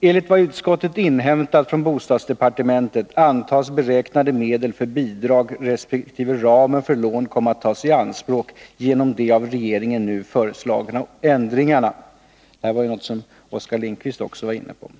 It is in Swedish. ”Enligt vad utskottet inhämtat från bostadsdepartementet antas beräknade medel för bidrag resp. ramen för lån komma att tas i anspråk genom de av regeringen nu föreslagna ändringarna.” Det var detta Oskar Lindkvist var inne på.